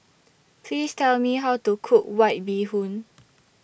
Please Tell Me How to Cook White Bee Hoon